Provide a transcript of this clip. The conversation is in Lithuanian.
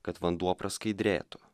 kad vanduo praskaidrėtų